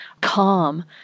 calm